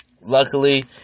luckily